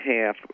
half